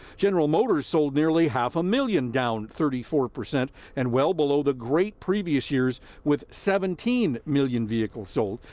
general motors sold nearly half a million, down thirty four percent and well below the great previous years with seventeen million vehicles sold.